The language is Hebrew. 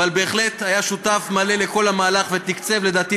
אבל בהחלט היה שותף מלא לכל המהלך ותקצב לדעתי